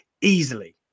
easily